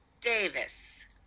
Davis